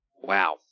Wow